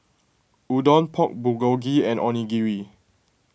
Udon Pork Bulgogi and Onigiri